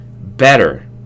better